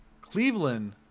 Cleveland